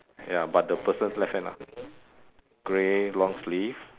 ya but the person's left hand lah grey long sleeve